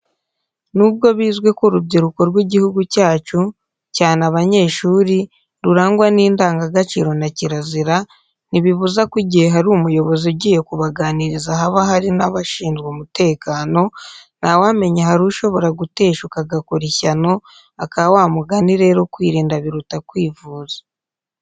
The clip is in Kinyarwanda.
Nubwo bizwi ko urubyiruko rw'igihugu cyacu, cyane abanyeshuri, rurangwa n'indangagaciro na kirazira, ntibibuza ko igihe hari umuyobozi ugiye kubaganiriza haba hari n'abashinzwe umutekano, ntawamenya hari ushobora guteshuka agakora ishyano, aka wa mugani rero, kwirinda biruta kwivuza.